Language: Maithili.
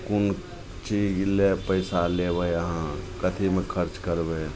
कोन चीजके लिए पइसा लेबै अहाँ कथीमे खरच करबै